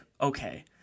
okay